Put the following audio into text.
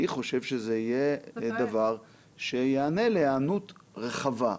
אני חושב שזה יהיה דבר שייענה להיענות רחבה.